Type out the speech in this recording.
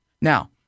Now